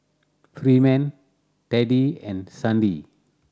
Freeman Teddy and Sandi